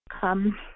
come